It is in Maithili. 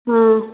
हँ